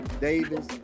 Davis